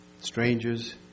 strangers